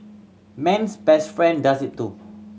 man's best friend does it too